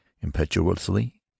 impetuously